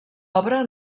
obra